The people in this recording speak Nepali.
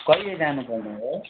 कहिले जानुपर्ने हो